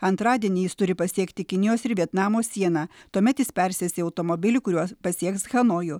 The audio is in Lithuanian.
antradienį jis turi pasiekti kinijos ir vietnamo sieną tuomet jis persės į automobilį kuriuo pasieks hanojų